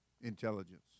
intelligence